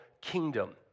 kingdom